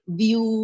view